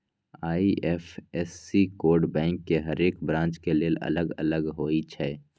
IFSC code bank के हरेक branch के लेल अलग अलग होई छै